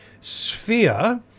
sphere